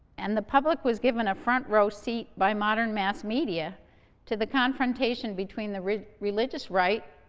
and the public was given a front row seat by modern mass media to the confrontation between the religious right,